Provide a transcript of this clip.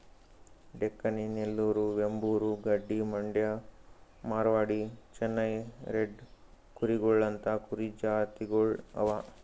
Deccani, Nellore, Vembur, Gaddi, Mandya, Marwari, Chennai red ಕೂರಿಗೊಳ್ ಅಂತಾ ಕುರಿ ಜಾತಿಗೊಳ್ ಅವಾ